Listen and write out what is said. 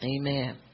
Amen